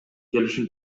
келишим